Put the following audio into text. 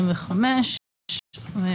התשע"ה-2015 (להלן,